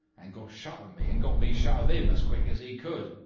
and got shut of me and got me shut of him as quick as he could.